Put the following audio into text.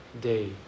day